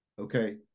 okay